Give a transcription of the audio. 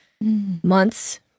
months